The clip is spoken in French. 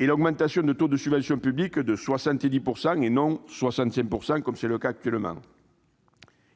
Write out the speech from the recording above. et l'augmentation du taux de subvention publique à 70 %, contre 65 % actuellement.